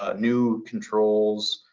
ah new controls.